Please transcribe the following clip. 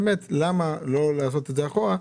אכן, למה לא לעשות את זה אחורה.